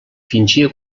fingia